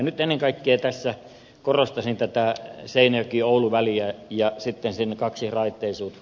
nyt ennen kaikkea tässä korostaisin seinäjokioulu väliä ja sen kaksiraiteisuutta